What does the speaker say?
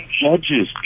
judges